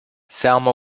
salma